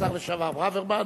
השר לשעבר ברוורמן.